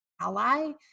ally